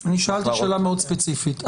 שאלתי שאלה מאוד ספציפית.